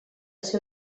seu